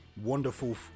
wonderful